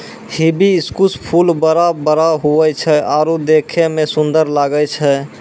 hibiscus फूल बड़ा बड़ा हुवै छै आरु देखै मे सुन्दर लागै छै